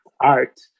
art